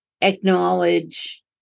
acknowledge